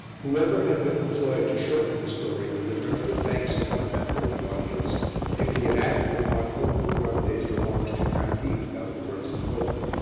whoever had been employed to shorten the story would have earned the thanks of one member of the audience if he had acted upon pococurante's remarks to candide about the works of homer.